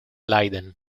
leiden